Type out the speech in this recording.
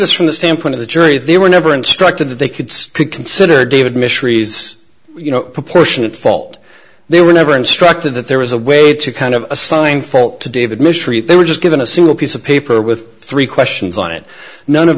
this from the standpoint of the jury they were never instructed that they could consider david missionaries you know proportionate fault they were never instructed that there was a way to kind of assign fault to david mistreat they were just given a single piece of paper with three questions on it none of